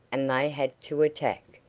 and they had to attack,